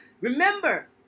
remember